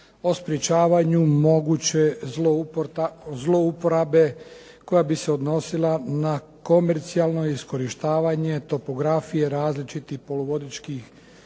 sprječavanju moguće zlouporabe koja bi se odnosila na komercijalno iskorištavanje topografije različitih poluvodičkih